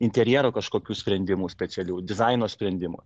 interjero kažkokių sprendimų specialių dizaino sprendimų